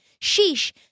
Sheesh